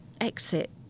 exit